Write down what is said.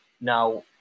now